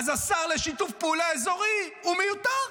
אז השר לשיתוף פעולה אזורי הוא מיותר.